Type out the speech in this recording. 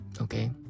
okay